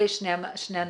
אלה שני הנושאים.